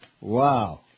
Wow